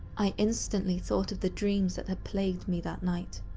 i instantly thought of the dreams that had plagued me that night.